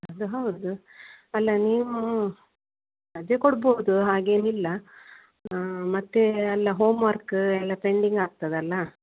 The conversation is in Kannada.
ಅದು ಹೌದು ಅಲ್ಲ ನೀವು ರಜೆ ಕೊಡ್ಬೌದು ಹಾಗೇನಿಲ್ಲ ಮತ್ತು ಅಲ್ಲ ಹೋಮರ್ಕೂ ಎಲ್ಲ ಪೆಂಡಿಂಗ್ ಆಗ್ತದಲ್ವ